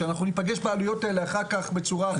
או שאנחנו ניפגש בעלויות האלה אחר כך בצורה אחרת.